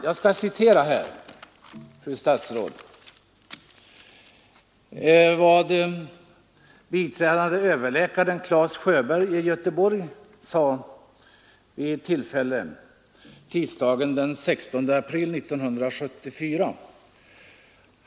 Jag skall citera, fru statsråd, vad biträdande överläkaren Clas Sjöberg i Göteborg sade i en tidningsintervju tisdagen den 16 april 1974.